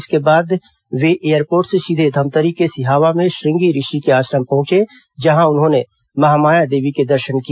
इसके बाद वे एयरपोर्ट से सीधे धमतरी के सिहावा में श्रृंगी ऋषि के आश्रम पहंचकर वहां स्थित महामाया देवी के दर्शन किया